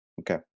Okay